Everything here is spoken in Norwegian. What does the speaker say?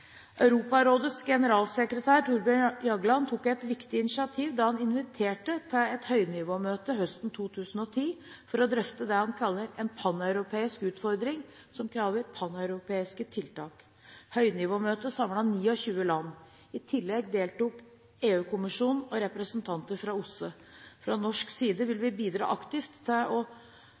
Europarådets generalsekretær Torbjørn Jagland tok et viktig initiativ da han inviterte til et høynivåmøte høsten 2010 for å drøfte det han kaller en «paneuropeisk» utfordring som krever «paneuropeiske» tiltak. Høynivåmøtet samlet 29 land. I tillegg deltok EU-kommisjonen og representanter fra OSSE. Fra norsk side vil vi bidra aktivt til